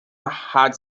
had